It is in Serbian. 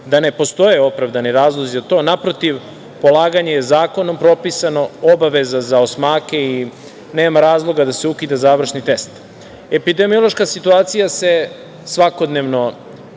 da ne postoje opravdani razlozi, naprotiv, polaganje je zakonom propisano, obaveza za osmake i nema razloga da se ukida završni test. Epidemiološka situacija se svakodnevno